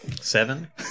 seven